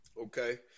Okay